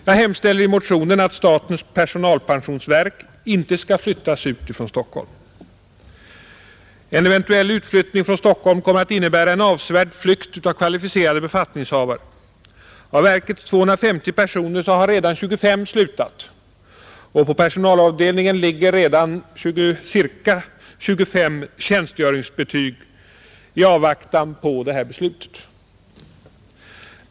Jag hemställer i motionen att statens personalpensionsverk inte skall flyttas ut från Stockholm, En eventuell utflyttning från Stockholm kommer att innebära en avsevärd flykt av kvalificerade befattningshavare. Av verkets 250 anställda har redan 25 slutat, och på personalavdelningen ligger ca 25 tjänstgöringsbetyg i avvaktan på dagens beslut.